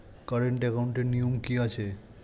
Current একাউন্টের নিয়ম কী আছে?